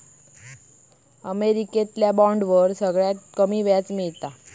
अमेरिकेतल्या बॉन्डवर सगळ्यात कमी व्याज मिळता